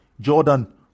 Jordan